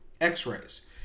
x-rays